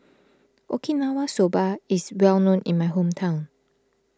Okinawa Soba is well known in my hometown